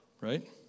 Right